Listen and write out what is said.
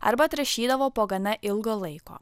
arba atrašydavo po gana ilgo laiko